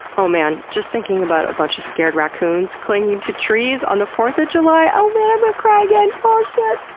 oh man, just thinking about a bunch of scared raccoons, clinging to trees on the fourth of july, oh man, i'm gonna ah cry again! oh shit!